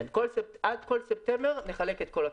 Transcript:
כן, עד כל ספטמבר נחלק את כל הכסף.